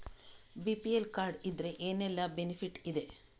BPL card ಇದ್ರೆ ಏನೆಲ್ಲ benefit ಇದೆ?